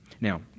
Now